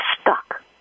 stuck